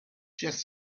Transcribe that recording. just